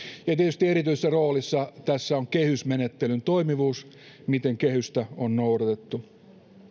ja tietysti erityisessä roolissa tässä on kehysmenettelyn toimivuus miten kehystä on noudatettu